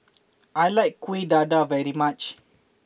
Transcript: I like Kuih Dadar very much